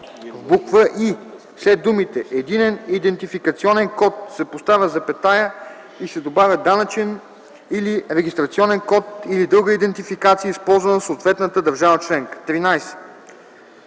в буква „и” след думите „единен идентификационен код” се поставя запетая и се добавя „данъчен или регистрационен код или друга идентификация, използвана в съответната държава членка”. 13.